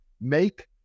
make